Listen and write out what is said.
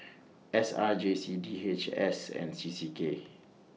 S R J C D H S and C C K